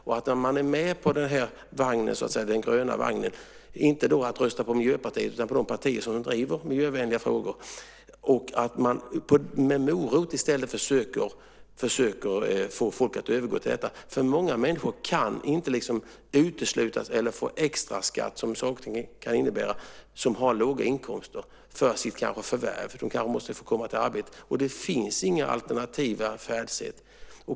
Då är de med på den gröna vagnen, inte för att rösta på Miljöpartiet utan på de partier som driver miljövänliga frågor. Man ska försöka få folk att övergå till detta med hjälp av morot. Människor med låga inkomster kan inte uteslutas eller få extraskatt för att de behöver bil för att komma till arbetet och det inte finns alternativa färdsätt.